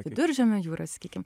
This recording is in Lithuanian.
viduržemio jūroj sakykim